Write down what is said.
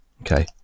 Okay